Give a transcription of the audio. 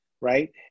right